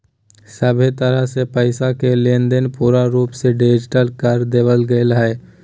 सभहे तरह से पैसा के लेनदेन पूरा रूप से डिजिटल कर देवल गेलय हें